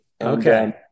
okay